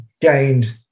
gained